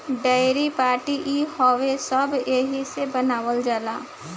डोरी, पाट ई हो सब एहिसे बनावल जाला